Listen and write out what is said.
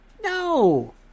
No